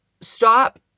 stop